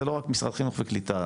זה לא רק משרד החינוך וקליטה.